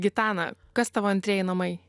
gitana kas tavo antrieji namai